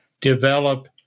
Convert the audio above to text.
develop